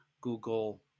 Google